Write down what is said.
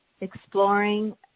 exploring